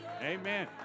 Amen